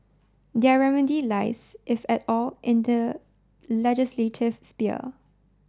their remedy lies if at all in the legislative sphere